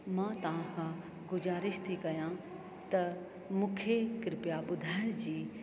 मां तव्हांखां ग़ुज़ारिश थी कयां त मूंखे कृप्या ॿुधाइण जी